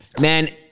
man